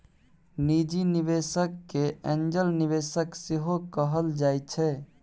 निजी निबेशक केँ एंजल निबेशक सेहो कहल जाइ छै